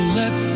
let